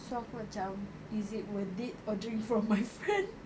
so aku macam is it worth it ordering from my friend